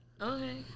Okay